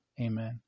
amen